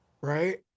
right